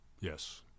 Yes